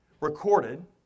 recorded